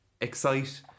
excite